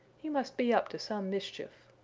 he must be up to some mischief.